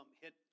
hit